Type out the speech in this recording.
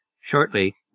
Shortly